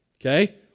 Okay